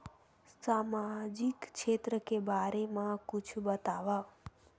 सामजिक क्षेत्र के बारे मा कुछु बतावव?